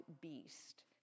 beast